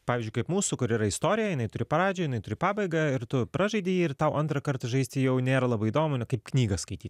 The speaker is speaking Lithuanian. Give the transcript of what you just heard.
pavyzdžiui kaip mūsų kur yra istorija jinai turi pradžią jinai turi pabaigą ir tu pražaidei ir tau antrą kartą žaisti jau nėra labai įdomu nu kaip knygą skaityt